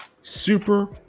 Super